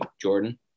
Jordan